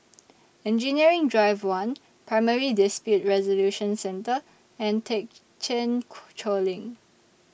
Engineering Drive one Primary Dispute Resolution Centre and Thekchen Choling